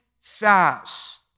fast